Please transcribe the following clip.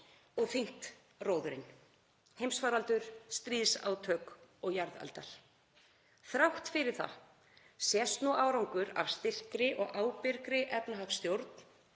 og þyngt róðurinn; heimsfaraldur, stríðsátök og jarðeldar. Þrátt fyrir það sést nú árangur af styrkri og ábyrgri efnahagsstjórn.